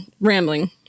rambling